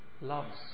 loves